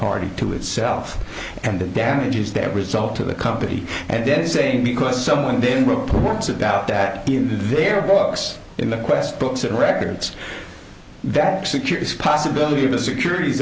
party to itself and the damages that result to the company and then saying because someone then reports about that in their books in the quest books and records that execute this possibility of a securit